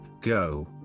Go